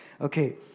Okay